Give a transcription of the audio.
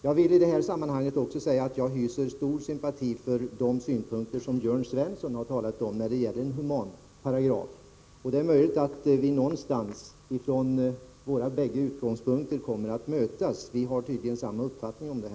Jag vill i detta sammanhang också säga att jag hyser stor sympati för de synpunkter som Jörn Svensson talat om när det gäller en humanparagraf. Det är möjligt att vi någonstans från våra bägge utgångspunkter kommer att mötas. Vi har tydligen samma uppfattning om detta.